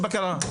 בקרה.